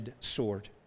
sword